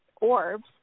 orbs